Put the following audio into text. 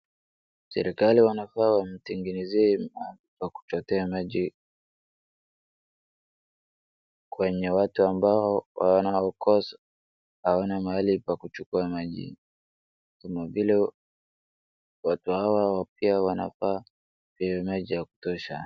Serikali wanafaa wamtengenezee pa kuchota maji kwenye watu ambao hawana ukoo, hawana mahli pa kuchukua maji na vile watu hawa pia wanafaa wapewe maji ya kutosha.